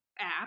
app